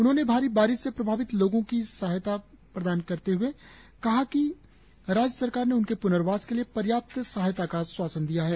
उन्होंने भारी बारिश से प्रभावित लोगों को सहायता प्रदान करते हए कहा कि राज्य सरकार ने उनके प्नर्वास के लिए पर्याप्त सहायता का आश्वासन दिया है